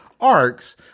arcs